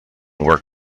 were